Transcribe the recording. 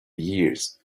years